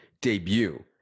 debut